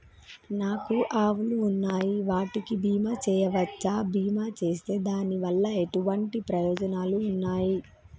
నాకు ఆవులు ఉన్నాయి వాటికి బీమా చెయ్యవచ్చా? బీమా చేస్తే దాని వల్ల ఎటువంటి ప్రయోజనాలు ఉన్నాయి?